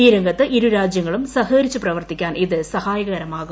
ഈ രംഗത്ത് ഇരുരാജൃങ്ങളും സഹകരിച്ച് പ്രവർത്തിക്കാൻ ഇത് സഹായകരമാവും